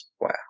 Wow